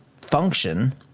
function